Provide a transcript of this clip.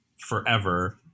forever